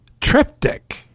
triptych